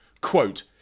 quote